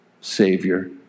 Savior